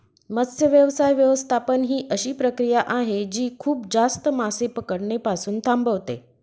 मत्स्य व्यवसाय व्यवस्थापन ही अशी प्रक्रिया आहे जी खूप जास्त मासे पकडणे पासून थांबवते